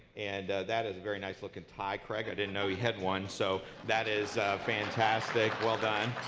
and that is a very nice-looking tie, craig. i didn't know you had one, so that is fantastic. well done.